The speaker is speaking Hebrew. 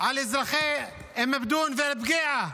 על אזרחי אום אל-בדון ואל-בקיעה.